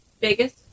Vegas